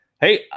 Hey